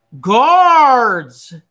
Guards